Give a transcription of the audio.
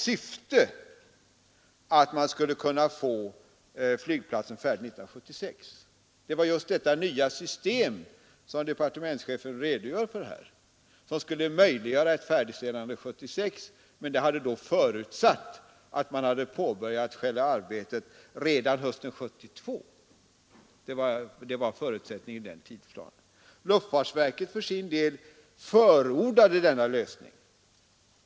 Syftet var att man skulle kunna få flygplatsen färdig 1976, och det var just det nya system som departementschefen redogör för som skulle möjliggöra ett färdigställande det året. Men det hade förutsatt att arbetet påbörjades redan hösten 1972. Det var förutsättningen i den tidsplanen, och luftfartsverket förordade för sin del den lösningen.